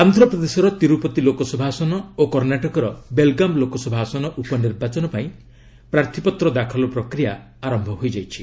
ଆନ୍ଧ୍ରପ୍ରଦେଶର ତିରୁପତି ଲୋକସଭା ଆସନ ଓ କର୍ଣ୍ଣାଟକର ବେଲଗାମ୍ ଲୋକସଭା ଆସନ ଉପନିର୍ବାଚନ ପାଇଁ ପ୍ରାର୍ଥୀପତ୍ର ଦାଖଲ ପ୍ରକ୍ରିୟା ମଧ୍ୟ ଆରମ୍ଭ ହୋଇଛି